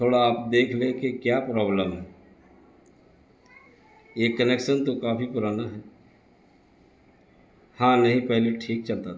تھوڑا آپ دیکھ لیں کہ کیا پرابلم ہے یہ کنیکشن تو کافی پرانا ہے ہاں نہیں پہلے ٹھیک چلتا تھا